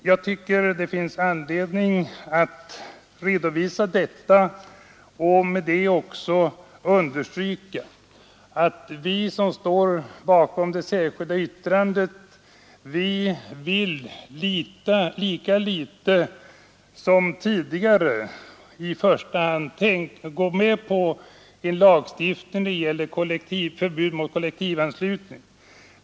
Jag tycker att det finns anledning att redovisa detta och därmed också understryka att vi som står bakom det särskilda yttrandet lika litet som tidigare vill gå med på en lagstiftning som gäller förbud mot kollektivanslutning.